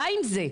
די עם זה.